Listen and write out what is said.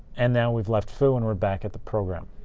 and now, we've left foo, and we're back at the program.